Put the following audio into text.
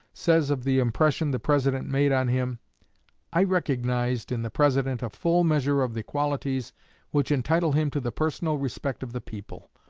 says of the impression the president made on him i recognized in the president a full measure of the qualities which entitle him to the personal respect of the people.